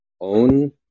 own